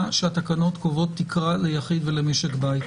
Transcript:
שהתקנות קובעות תקרה ליחיד ולמשק בית.